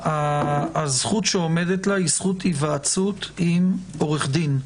הזכות שעומדת לה היא זכות היוועצות עם עורך דין,